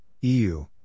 EU